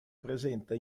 presenta